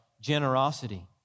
generosity